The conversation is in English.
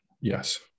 Yes